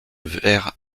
verre